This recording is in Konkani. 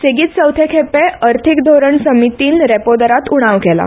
सेगीत चवथे खेपें अर्थिक धोरन समीतीन रॅपो दरात उणाव केला